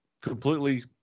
completely